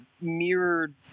mirrored